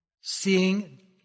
seeing